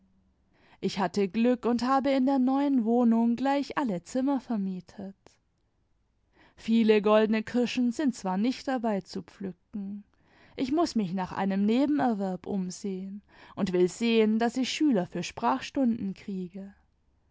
ich hatte glück und habe in der neuen wohnung gleich alle zimmer vermietet viele goldene kirschen sind zwar nicht dabei zu pflücken ich muß mich nach einem nebenerwerb umsehen und will sehen daß ich üler für sprachstunden kriege